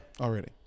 Already